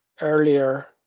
earlier